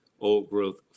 old-growth